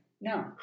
No